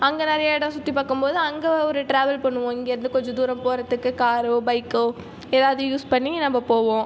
அங்கே நிறைய இடம் சுற்றி பார்க்கும்போது அங்கே ஒரு ட்ராவல் பண்ணுவோம் இங்கேருந்து கொஞ்ச தூரம் போகிறதுக்கு காரோ பைக்கோ எதாவது யூஸ் பண்ணி நம்ம போவோம்